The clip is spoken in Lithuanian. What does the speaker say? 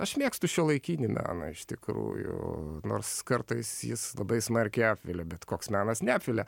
aš mėgstu šiuolaikinį meną iš tikrųjų nors kartais jis labai smarkiai apvilia bet koks menas neapvilia